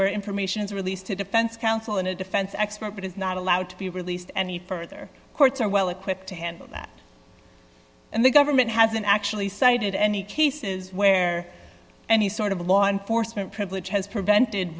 where information is released to defense counsel in a defense expert but is not allowed to be released any further courts are well equipped to handle that and the government hasn't actually cited any cases where any sort of law enforcement privilege has prevented